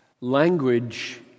Language